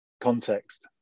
context